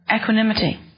equanimity